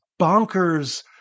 bonkers